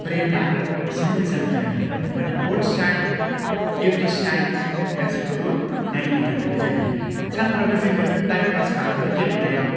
ब्रेइनआ एसे मोजां जायो आरो माने बथ साइद एब्रि साइद्स गासिखौबो नायनो गोनां जायो सानफ्रामबो जोङो टाइम पास खालामो गेलेनायाव